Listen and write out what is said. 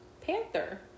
Panther